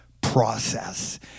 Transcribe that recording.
process